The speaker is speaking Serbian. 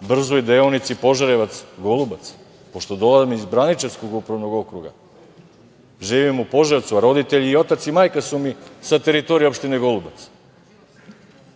brzoj deonici Požarevac – Golubac. Pošto dolazim iz Braničevskog upravnog okruga, živim u Požarevcu, a roditelji i otac i majka su mi sa teritorije opštine Golubac.